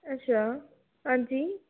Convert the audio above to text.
अच्छा आंजी